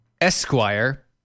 Esquire